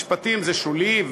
משפטים זה שולי,